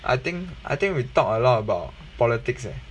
I think I think we talked a lot about politics eh